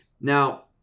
Now